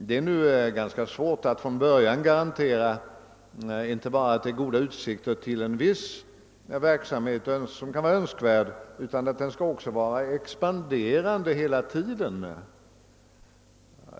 Det är nu ganska svårt att från början garantera inte bara goda utsikter för en viss lönsam verksamhet utan även uppnå att den också skall vara expanderande hela tiden.